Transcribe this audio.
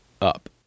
up